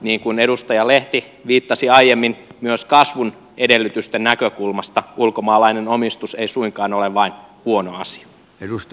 niin kuin edustaja lehti viittasi aiemmin myös kasvun edellytysten näkökulmasta ulkomaalainen omistus ei suinkaan ole vain huono asia